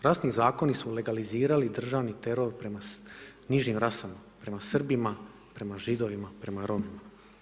Rasni zakoni su legalizirali državni teror prema nižim rasama, prema Srbima, prema Židovima, prema Romima.